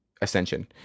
ascension